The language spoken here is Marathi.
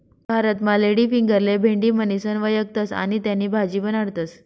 भारतमा लेडीफिंगरले भेंडी म्हणीसण व्यकखतस आणि त्यानी भाजी बनाडतस